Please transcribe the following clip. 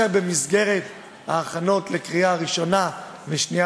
במסגרת ההכנות לקריאה ראשונה ושנייה